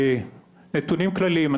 נתונים כלליים,